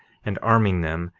and arming them,